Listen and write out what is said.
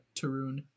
Tarun